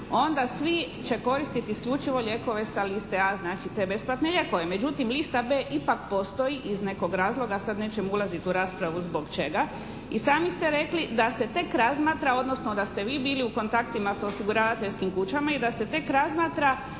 onda svi će koristiti isključivo lijekove sa liste A, znači te besplatne lijekove. Međutim, lista B ipak postoji iz nekog razloga, sad nećemo ulaziti u raspravu zbog čega i sami ste rekli da se tek razmatra, odnosno da ste vi bili u kontaktima s osiguravateljskim kućama i da se tek razmatra